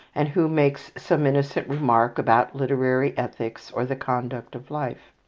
and who makes some innocent remark about literary ethics, or the conduct of life.